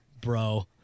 bro